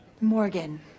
Morgan